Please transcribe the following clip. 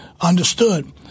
understood